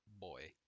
boy